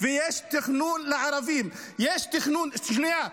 ויש תכנון לערבים ------ שנייה,